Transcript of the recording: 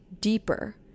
deeper